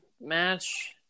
match